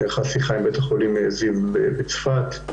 נערכה שיחה עם בית-החולים זיו בצפת.